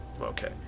okay